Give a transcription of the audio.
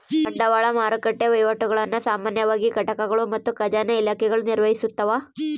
ಬಂಡವಾಳ ಮಾರುಕಟ್ಟೆ ವಹಿವಾಟುಗುಳ್ನ ಸಾಮಾನ್ಯವಾಗಿ ಘಟಕಗಳು ಮತ್ತು ಖಜಾನೆ ಇಲಾಖೆಗಳು ನಿರ್ವಹಿಸ್ತವ